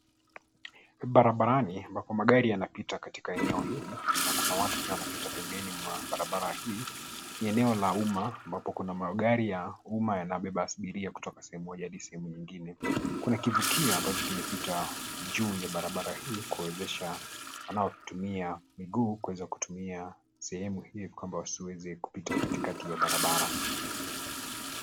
Ni barabarani ambako magari yanapita katika eneo hili. Na kuna watu pia wanapita pembeni mwa barabara hii. Ni eneo la umma ambako kuna magari ya umma yanayobeba abiria kutoka sehemu moja adi sehemu nyingine. Kuna kivukio ambacho kimepita juu ya barabara hii kuwawezesha wanaotumia miguu kuweza kutumia sehemu hii ili wasiweze kupita katikati ya barabara.